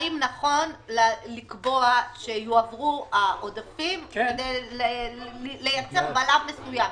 האם נכון לקבוע שיועברו העודפים כדי לייצר בלם מסוים.